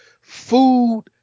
food